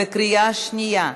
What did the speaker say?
בקריאה שנייה.